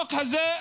החוק הזה,